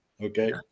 okay